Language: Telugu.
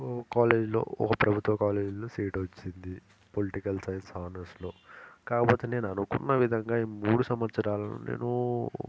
ఓ కాలేజ్లో ఒక ప్రభుత్వ కాలేజ్లో సీట్ వచ్చింది పొలిటికల్ సైన్స్ హానర్స్లో కాకపోతే నేను అనుకున్న విధంగా ఈ మూడు సంవత్సరాలలో నేను